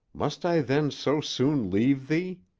must i then so soon leave thee?